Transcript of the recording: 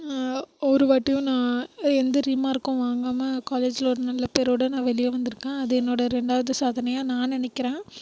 ஒரு வாட்டியும் நான் எந்த ரீமார்க்கும் வாங்காமல் காலேஜில் ஒரு நல்ல பேரோடு நான் வெளியே வந்துருக்கேன் அது என்னோடய ரெண்டாவது சாதனையாக நான் நினைக்கிறேன்